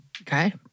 Okay